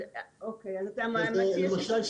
למשל,